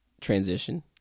Transition